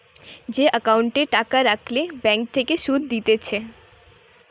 যে একাউন্টে টাকা রাখলে ব্যাঙ্ক থেকে সুধ দিতেছে